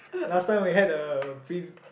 last time we has a big